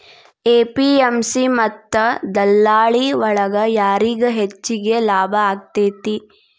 APMC ಮತ್ತ ದಲ್ಲಾಳಿ ಒಳಗ ಯಾರಿಗ್ ಹೆಚ್ಚಿಗೆ ಲಾಭ ಆಕೆತ್ತಿ?